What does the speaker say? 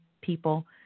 people